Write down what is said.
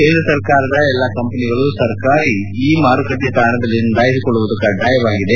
ಕೇಂದ್ರ ಸರ್ಕಾರದ ಎಲ್ಲ ಕಂಪನಿಗಳು ಸರ್ಕಾರಿ ಇ ಮಾರುಕಟ್ಲೆ ತಾಣದಲ್ಲಿ ನೋಂದಾಯಿಸಿಕೊಳ್ಳುವುದು ಕಡ್ಡಾಯವಾಗಿದೆ